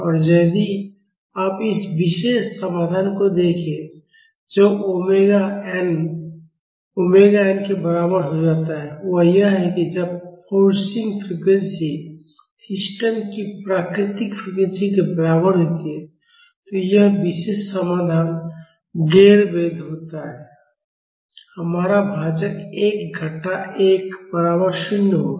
और यदि आप इस विशेष समाधान को देखें जब ओमेगाω ओमेगा एनωn के बराबर हो जाता है वह यह है कि जब फोर्सिंग फ्रीक्वेंसी सिस्टम की प्राकृतिक फ्रीक्वेंसी के बराबर होती है तो यह विशेष समाधान गैर वैध होता है हमारा भाजक 1 घटा 1 बराबर 0 होगा